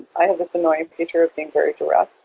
i have this annoying feature of being very direct.